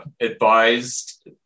advised